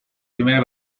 primer